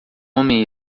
homem